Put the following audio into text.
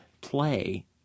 play